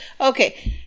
Okay